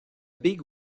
big